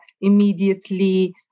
immediately